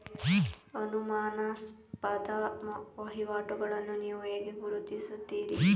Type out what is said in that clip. ಅನುಮಾನಾಸ್ಪದ ವಹಿವಾಟುಗಳನ್ನು ನೀವು ಹೇಗೆ ಗುರುತಿಸುತ್ತೀರಿ?